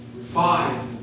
five